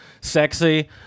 sexy